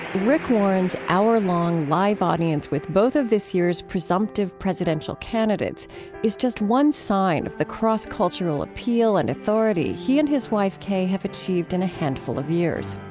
rick warren's hourlong live audience with both of this year's presumptive presidential candidates is just one sign of the cross-cultural appeal and authority he and his wife, kay, have achieved in a handful of years.